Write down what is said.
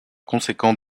conséquent